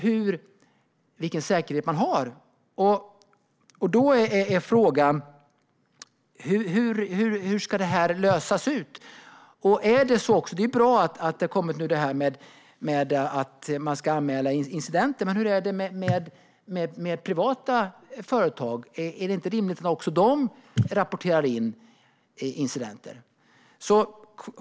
Frågan är då: Hur ska detta lösas? Det är bra att detta med att man ska anmäla incidenter har kommit, men hur är det med privata företag? Är det inte rimligt att även de rapporterar in incidenter?